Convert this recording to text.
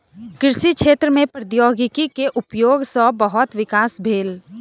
कृषि क्षेत्र में प्रौद्योगिकी के उपयोग सॅ बहुत विकास भेल